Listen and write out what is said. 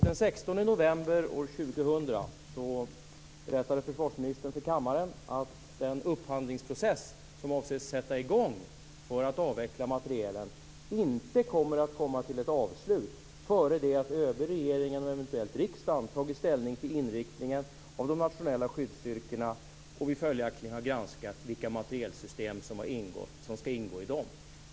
Den 16 november år 2000 berättade försvarsministern för kammaren att den upphandlingsprocess som avses sätta i gång för att vi ska kunna avveckla materielen inte kommer att komma till ett avslut före det att ÖB, regeringen och eventuellt riksdagen tagit ställning till inriktningen för de nationella skyddsstyrkorna och vi följaktligen har granskat vilka materielsystem som ska ingå i dem.